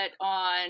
on